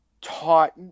taught